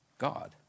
God